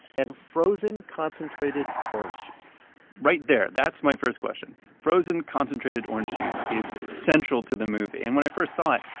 and frozen, concentrated orange juice right there, that's my first question, frozen concentrated orange juice is central to the movie. and when i first saw it,